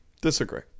Disagree